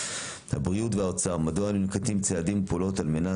הבריאות והאוצר - מדוע לא ננקטים צעדים ופעולות על מנת